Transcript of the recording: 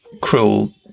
cruel